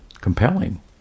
compelling